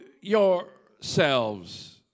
yourselves